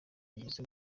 yagize